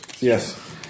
yes